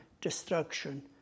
destruction